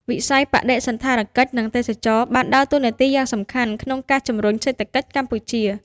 វិស័យ បដិសណ្ឋារកិច្ច និងទេសចរណ៍ បានដើរតួនាទីយ៉ាងសំខាន់ក្នុងការជំរុញសេដ្ឋកិច្ចកម្ពុជា។